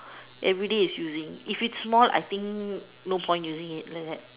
everyday is using if it's small I think no point using it like that